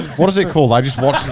what is it called? i just watched